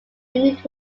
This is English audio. unit